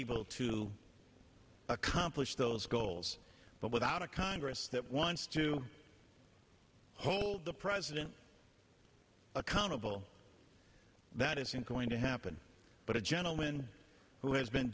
able to accomplish those goals but without a congress that wants to hold the president accountable that isn't going to happen but a gentleman who has been